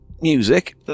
Music